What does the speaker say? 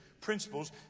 principles